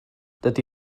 dydy